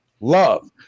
love